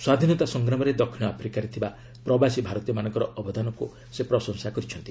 ସ୍ୱାଧୀନତା ସଂଗ୍ରାମରେ ଦକ୍ଷିଣ ଆଫ୍ରିକାରେ ଥିବା ପ୍ରବାସୀ ଭାରତୀୟମାନଙ୍କର ଅବଦାନକ୍ ସେ ପ୍ରଶଂସା କରିଛନ୍ତି